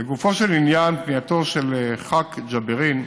לגופו של עניין, פנייתו של חבר הכנסת ג'בארין,